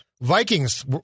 Vikings